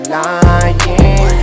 lying